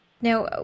Now